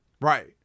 right